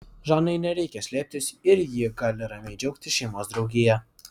žanai nereikia slėptis ir ji gali ramiai džiaugtis šeimos draugija